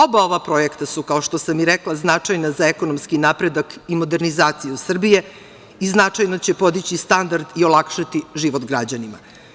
Oba ova projekta su, kao što sam i rekla, značajna za ekonomski napredak i modernizaciju Srbije i značajno će podići standard i olakšati život građanima.